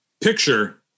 picture